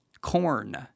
corn